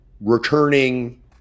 returning